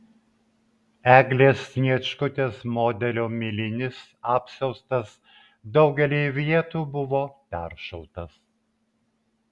eglės sniečkutės modelio milinis apsiaustas daugelyje vietų buvo peršautas